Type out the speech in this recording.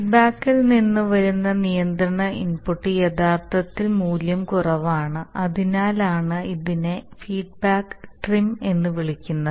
ഫീഡ്ബാക്കിൽ നിന്ന് വരുന്ന നിയന്ത്രണ ഇൻപുട്ടിന് യഥാർത്ഥത്തിൽ മൂല്യം കുറവാണ് അതിനാലാണ് ഇതിനെ ഫീഡ്ബാക്ക് ട്രിം എന്ന് വിളിക്കുന്നത്